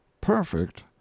perfect